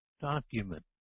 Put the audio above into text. document